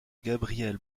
gabriel